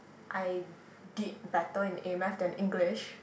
I did better in A-math then English